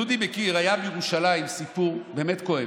דודי מכיר, היה בירושלים סיפור באמת כואב.